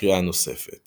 לקריאה נוספת